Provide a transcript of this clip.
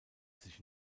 sich